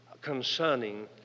concerning